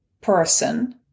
person